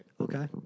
Okay